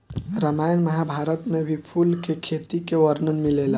रामायण महाभारत में भी फूल के खेती के वर्णन मिलेला